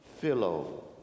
philo